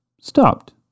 stopped